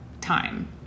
time